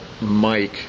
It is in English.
Mike